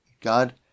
God